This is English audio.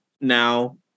now